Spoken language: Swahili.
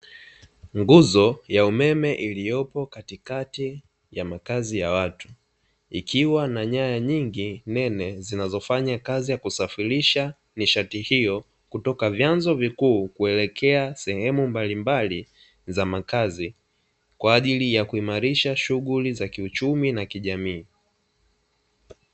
Nguzo ya umeme iliyopo katikati ya makazi ya watu, ikiwa na nyaya nyingi nene zinazofanya kazi ya kusafirisha nishati hiyo kutoka vyanzo vikuu kuelekea sehemu mbalimbali za makazi, kwa ajili ya kuimarisha shughuli za kiuchumi na kijamii.